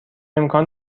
امکان